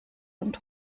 und